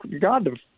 God